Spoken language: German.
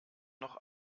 noch